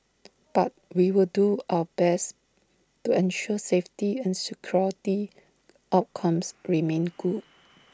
but we will do our best to ensure safety and security outcomes remain good